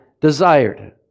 desired